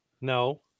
no